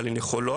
אבל הן יכולות.